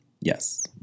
Yes